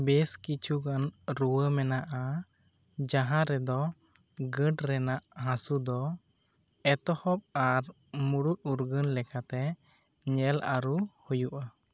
ᱵᱮᱥ ᱠᱤᱪᱷᱩᱜᱟᱱ ᱨᱩᱣᱟᱹ ᱢᱮᱱᱟᱜᱼᱟ ᱡᱟᱦᱟᱸ ᱨᱮᱫᱚ ᱜᱟᱺᱴ ᱨᱮᱱᱟᱜ ᱦᱟᱹᱥᱩ ᱫᱚ ᱮᱛᱚᱦᱚᱵ ᱟᱨ ᱢᱩᱬᱩᱫ ᱩᱨᱜᱟᱹᱱ ᱞᱮᱠᱟᱛᱮ ᱧᱮᱞ ᱟᱹᱨᱩ ᱦᱩᱭᱩᱜᱼᱟ